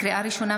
לקריאה ראשונה,